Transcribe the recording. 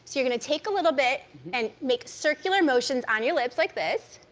you're gonna take a little bit and make circular motions on your lips like this.